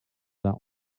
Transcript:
that